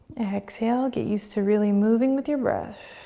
exhale, get used to really moving with your breath.